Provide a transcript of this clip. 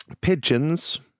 Pigeons